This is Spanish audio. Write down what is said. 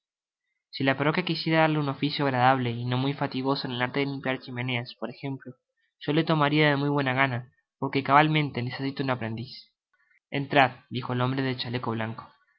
si la parroquia quisiera darle un oficio agradable y no muy fatigoso en el arte de limpiar chimeneas por ejemplo yo lo tomaria de muy buena gana porque cabalmente necesito un aprendiz entrad dijo el hombre del chaleco blanco